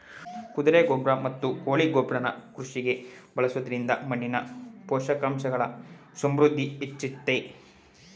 ಕುದುರೆ ಗೊಬ್ರ ಮತ್ತು ಕೋಳಿ ಗೊಬ್ರನ ಕೃಷಿಗೆ ಬಳಸೊದ್ರಿಂದ ಮಣ್ಣಿನ ಪೋಷಕಾಂಶಗಳ ಸಮೃದ್ಧಿ ಹೆಚ್ಚುತ್ತೆ